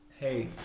Hey